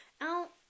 out